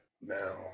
now